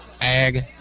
Ag